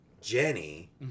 Jenny